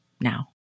now